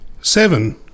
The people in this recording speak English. Seven